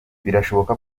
birashoboka